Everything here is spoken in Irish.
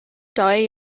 dóigh